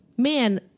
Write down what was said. man